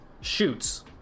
shoots